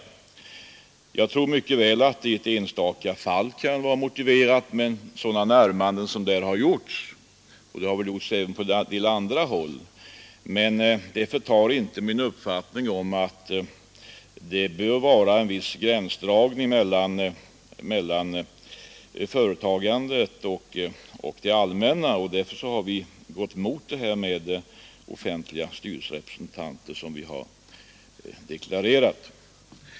Jag tror mycket väl att det i ett enstaka fall kan vara motiverat med sådana närmanden som där har gjorts och sådana har väl förekommit även på en del andra håll — men det förtar inte min uppfattning att det bör vara en viss gränsdragning mellar företagandet och det allmänna. Därför har vi gått emot förslaget om offentliga styrelserepresentanter, vilket vi också har deklarerat.